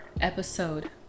episode